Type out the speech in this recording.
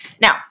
Now